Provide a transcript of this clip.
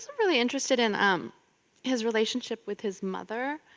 really interested in um his relationship with his mother,